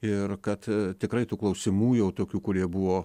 ir kad tikrai tų klausimų jau tokių kurie buvo